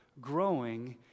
growing